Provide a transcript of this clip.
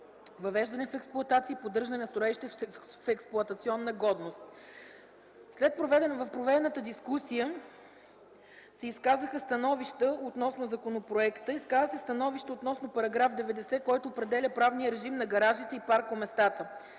въвеждането в експлоатация и поддържане на строежите в експлоатационна годност. В проведената дискусия се изказаха становища относно законопроекта и относно § 90, който определя правния режим на гаражите и паркоместата.